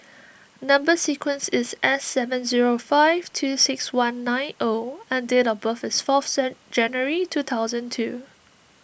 Number Sequence is S seven zero five two six one nine O and date of birth is fourth January two thousand two